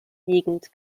liegend